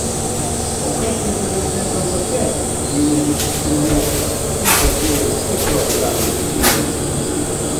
o kas ji atvirai šnekant tokia jei ne visiška nemokša ypač žiūrint tikro raganiaus akimis